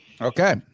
Okay